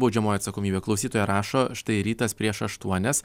baudžiamoji atsakomybė klausytoja rašo štai rytas prieš aštuonias